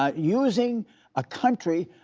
um using a country,